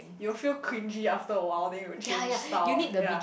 you'll feel clingy after awhile then you will change style ya